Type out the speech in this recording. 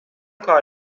کار